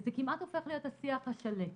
זה כמעט הופך להיות השיח השלט.